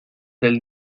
del